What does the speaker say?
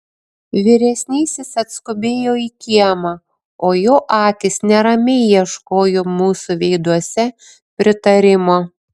vyresnysis atskubėjo į kiemą o jo akys neramiai ieškojo mūsų veiduose pritarimo